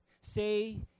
Say